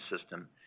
system